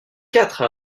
quatre